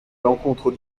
l’encontre